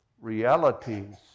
realities